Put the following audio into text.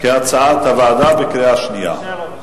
כהצעת הוועדה, בקריאה שנייה.